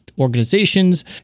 organizations